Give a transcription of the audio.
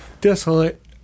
Desolate